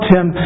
Tim